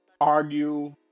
argue